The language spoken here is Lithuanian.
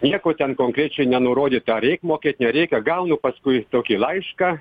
nieko ten konkrečiai nenurodyta ar reik mokėt nereikia gaunu paskui tokį laišką